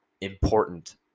important